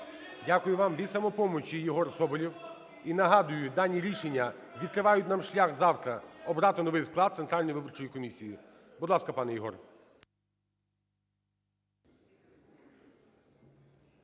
Дякую вам. Від "Самопомочі" Єгор Соболєв. І нагадую, дані рішення відкривають нам шлях завтра обрати новий склад Центральної виборчої комісії. Будь ласка, пане Єгор.